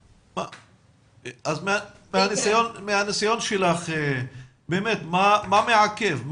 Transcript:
מהנסיון שלך, באמת, מה מעכב?